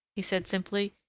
he said simply.